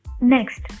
Next